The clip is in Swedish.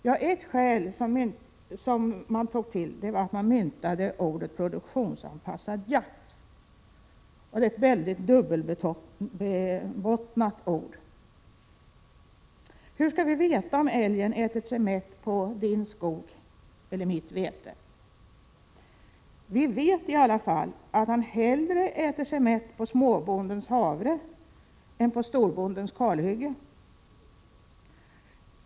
Ja, ett skäl som man tog till var att man myntade uttrycket produktionsanpassad jakt, ett väldigt dubbelbottnat uttryck. Hur skall vi veta om älgen har ätit sig mätt på din skog eller mitt vete? Vi vet i alla fall att älgen hellre äter sig mätt på småbondens havre än på storbondens kalhygge.